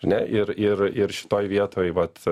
ar ne ir ir ir šitoj vietoj vat